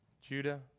Judah